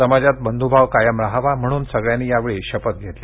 समाजात बंधूभाव कायम राहावा म्हणून सगळ्यांनी यावेळी शपथ घेतली